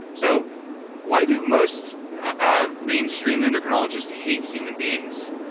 so why do most ah mainstream endocrinologists hate human beings,